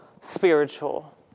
spiritual